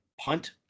punt